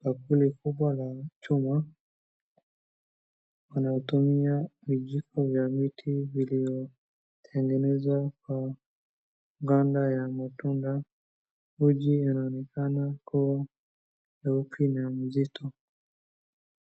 bakuli kubwa la chuma, wanatumia vijiko vya miti vilivyotengenezwa kwa ganda ya matunda. Uji inaonekana kuwa nyeupe na mzito.